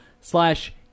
slash